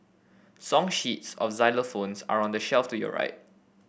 song sheets of xylophones are on the shelf to your right